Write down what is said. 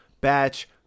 Batch